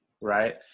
right